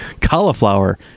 Cauliflower